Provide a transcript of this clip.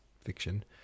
fiction